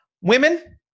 women